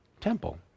temple